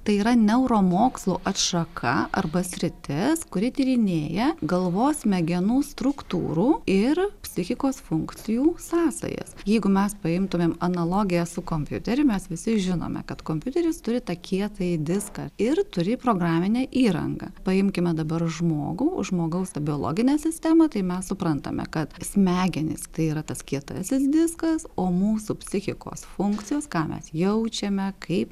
tai yra neuromokslų atšaka arba sritis kuri tyrinėja galvos smegenų struktūrų ir psichikos funkcijų sąsajas jeigu mes paimtumėm analogiją su kompiuteriu mes visi žinome kad kompiuteris turi tą kietąjį diską ir turi programinę įrangą paimkime dabar žmogų žmogaus tą biologinę sistemą tai mes suprantame kad smegenys tai yra tas kietasis diskas o mūsų psichikos funkcijos ką mes jaučiame kaip